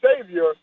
savior